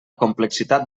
complexitat